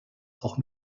auch